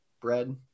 bread